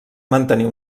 mantenir